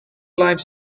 live